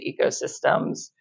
ecosystems